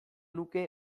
nuke